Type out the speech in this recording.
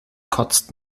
kotzt